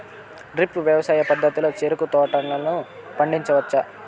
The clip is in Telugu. డ్రిప్ వ్యవసాయ పద్ధతిలో చెరుకు తోటలను పండించవచ్చా